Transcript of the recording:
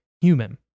human